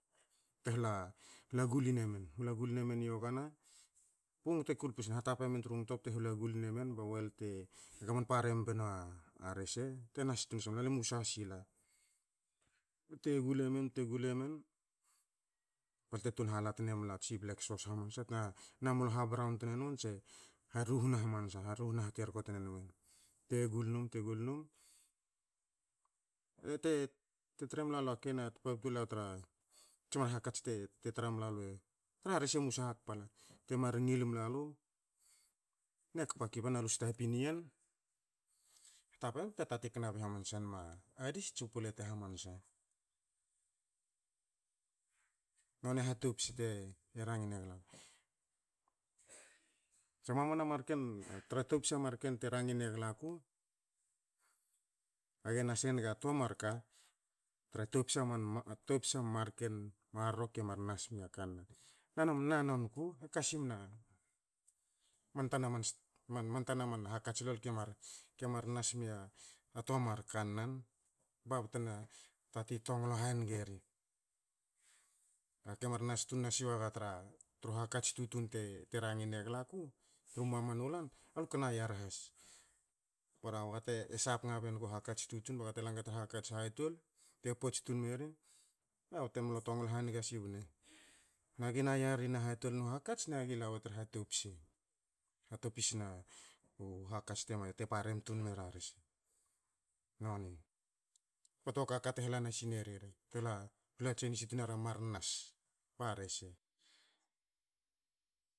Bte hula guli nemen. Hula guli nemen i yogana bu ngto te kulpu sne. Hatape men tru ngto bte hula guli nemen bu oil te gamon parem bna rese te nas tun la, e musa sila. Bte gul emen, bte gul emen, balte tun hala tnemla tsi black sos hamansa tena mlo ha braun tne nuen tse haruhna hamansa, haruhna haterko tne nuen. Te gul num, te gul num, te tre mlalu ake na mar tpabtu la tra tsi mar hakats te tra mla lu a rese musa hakpa la te mar ngil mlalu. Ne kpa kiba nalu stapin i yen, hatap bte tatin kna hamansa bei enma dis tsu pulete hamansa. Noni hatopse te rangi neglaku. Tra mamana marken tra topsa marken te rangin egla a ku, age nas enga toa mar ka, tra topsa mar- topsa marken marro ke mar nas mia kannan. Na men i nonku, i kasimna man tana man- man- man tana man hakats lol ke mar nas mia a toa mar kannan bte na tatin tonglo hange ri. Aga ke mar nas tun nasi wagaga tra, tru hakats tutun te rangine glaku, tru mamanu lan, alu kna yar has. Bara baga te sapnge bengu hakats tutun ba gate la naga tru hakats hatol, te pots tun merin ba bte mlo tonglo hange sibne. Nagi na yarin u hatol nu hakats, nagi la tru hatopse. Hatopis na u hakats te parem tun mera rese, noni. Kba tuaku aka te nasineri rek, e hla tsenisi nera mar nas, ba rese.